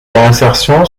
réinsertion